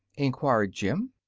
enquired jim.